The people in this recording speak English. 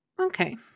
okay